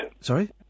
Sorry